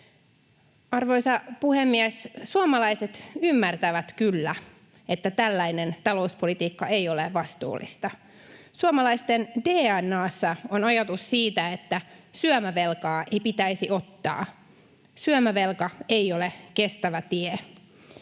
Arvoisa puhemies! Suomalaiset ymmärtävät kyllä, että tällainen talouspolitiikka ei ole vastuullista. Suomalaisten DNA:ssa on ajatus siitä, että syömävelkaa ei pitäisi ottaa. Syömävelka ei ole kestävä tie.